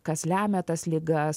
kas lemia tas ligas